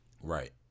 Right